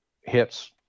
hits